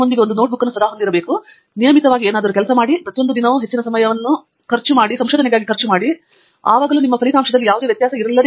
ನೀವು ನಿಮ್ಮೊಂದಿಗೆ ಒಂದು ನೋಟ್ಬುಕ್ ಅನ್ನು ಹೊಂದಿರಬೇಕು ಕೆಳಗೆ ಇಟ್ಟುಕೊಳ್ಳಿ ನಿಯಮಿತವಾಗಿ ಏನಾದರೂ ಕೆಲಸ ಮಾಡಿ ಪ್ರತಿಯೊಂದು ದಿನವೂ ಹೆಚ್ಚಿನ ಸಮಯವನ್ನು ಏನಾದರೂ ಖರ್ಚು ಮಾಡಲಾಗುವುದು ನೀವು ಪಡೆಯುವ ಹೆಚ್ಚಿನ ಫಲಿತಾಂಶಗಳು ಯಾವುದೇ ವ್ಯತ್ಯಾಸವಿಲ್ಲ